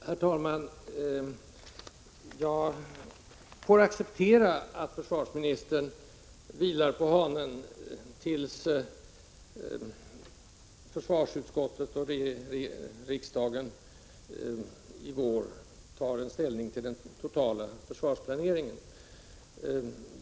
Herr talman! Jag får acceptera att försvarsministern vilar på hanen tills försvarsutskottet och riksdagen i vår tar ställning till den totala försvarsplaneringen.